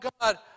God